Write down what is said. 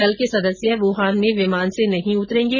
दल के सदस्य वुहान में विमान से नहीं उतरेंगे